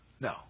No